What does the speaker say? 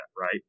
right